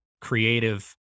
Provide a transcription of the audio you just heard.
creative